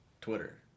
Twitter